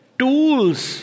tools